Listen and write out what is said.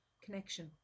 connection